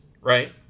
right